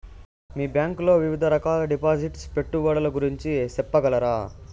మీ bank లో వివిధ రకాల డిపాసిట్స్, పెట్టుబడుల గురించి సెప్పగలరా?